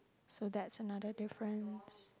so that's another difference